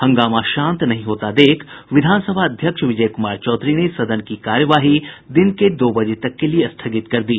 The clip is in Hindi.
हंगामा शांत नहीं होता देख विधानसभा अध्यक्ष विजय कुमार चौधरी ने सदन की कार्यवाही दिन के दो बजे तक के लिये स्थगित कर दी